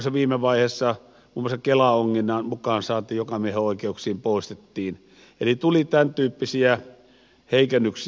sitten viime vaiheessa muun muassa kelaonginnan mukaansaanti jokamiehen oikeuksiin poistettiin eli tuli tämäntyyppisiä heikennyksiä